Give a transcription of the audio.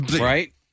Right